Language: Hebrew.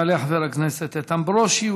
יעלה חבר הכנסת איתן ברושי,